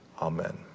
Amen